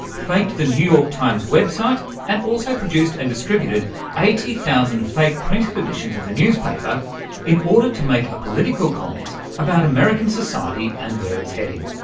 faked the new york times website and also produced and distributed eighty thousand fake printed editions of the newspaper in order to make a political comment about american society and where it's heading.